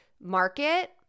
market